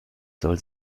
soll